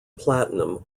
platinum